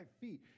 feet